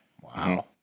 wow